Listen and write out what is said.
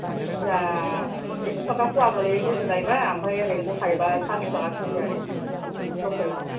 दिसिआ एकस' थाखा फवा गोलैयो गोदानायबा ओमफ्राय ओरैनो गथायैबा सारिस' थाखाय केजि आरो लखेलआ